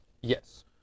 Yes